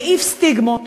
מעיף סטיגמות,